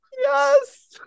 Yes